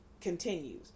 continues